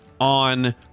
on